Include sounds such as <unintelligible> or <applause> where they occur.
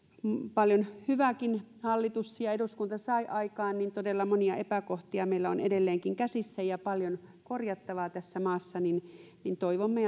paljon hyvääkin hallitus ja eduskunta saivat aikaan niin todella monia epäkohtia meillä on edelleenkin käsissämme ja paljon korjattavaa tässä maassa toivomme <unintelligible>